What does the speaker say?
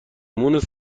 مونس